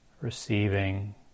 receiving